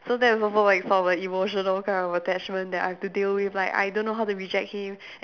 so that's also like some of the emotional kind of attachment that I have to deal with like I don't know how to reject him